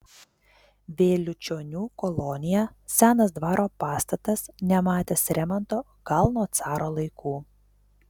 vėliučionių kolonija senas dvaro pastatas nematęs remonto gal nuo caro laikų